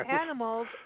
animals